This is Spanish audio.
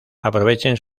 aprovechen